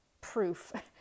proof